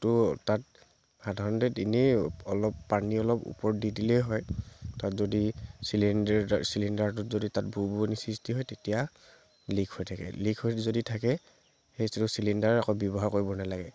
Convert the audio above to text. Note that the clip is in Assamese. তো তাত সাধাৰণতে ইনেই অলপ পানী অলপ ওপৰত দি দিলেই হয় তাত যদি চিলিণ্ডাৰ চিলিণ্ডাৰটোত যদি তাত বুৰবুৰণি সৃষ্টি হয় তেতিয়া লিক হৈ থাকে লিক হৈ যদি থাকে সেইটো চিলিণ্ডাৰ আকৌ ব্য়ৱহাৰ কৰিব নালাগে